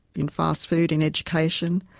in fast food, in education.